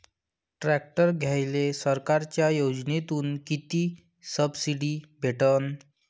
Tractor घ्यायले सरकारच्या योजनेतून किती सबसिडी भेटन?